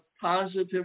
positive